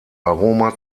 aroma